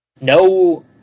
no